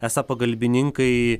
esą pagalbininkai